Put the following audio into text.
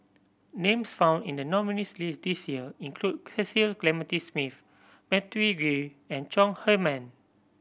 names found in the nominees' list this year include Cecil Clementi Smith Matthew Ngui and Chong Heman